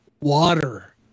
water